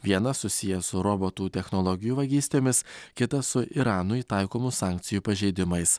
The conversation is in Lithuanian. vienas susiję su robotų technologijų vagystėmis kitas su iranui taikomų sankcijų pažeidimais